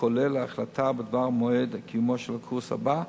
כולל ההחלטה בדבר מועד קיומו של הקורס הבא,